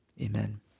Amen